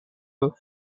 off